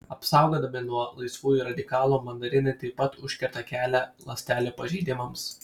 apsaugodami nuo laisvųjų radikalų mandarinai taip pat užkerta kelią ląstelių pažeidimams